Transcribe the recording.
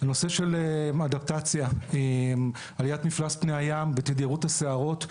בנושא אדפטציה - עליית מפלס פני הים בתדירות הסערות,